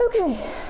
Okay